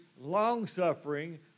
long-suffering